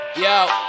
yo